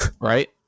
Right